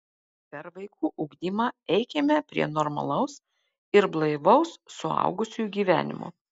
per vaikų ugdymą eikime prie normalaus ir blaivaus suaugusiųjų gyvenimo